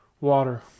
water